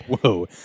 Whoa